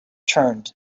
turned